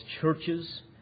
churches